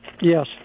Yes